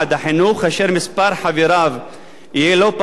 אשר מספר חבריו יהיה לא פחות מ-15.